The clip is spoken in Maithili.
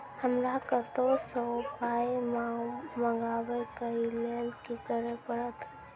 हमरा कतौ सअ पाय मंगावै कऽ लेल की करे पड़त?